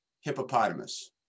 hippopotamus